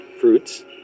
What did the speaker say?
fruits